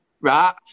right